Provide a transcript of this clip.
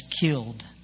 killed